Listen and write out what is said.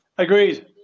Agreed